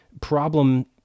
problem